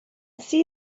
see